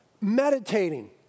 meditating